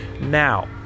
now